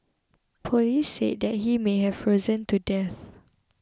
police said that he may have frozen to death